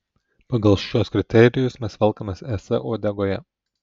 pagal šiuos kriterijus mes velkamės es uodegoje